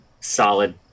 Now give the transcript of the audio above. Solid